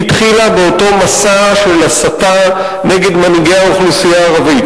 היא התחילה באותו מסע של הסתה נגד מנהיגי האוכלוסייה הערבית,